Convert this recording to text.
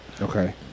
Okay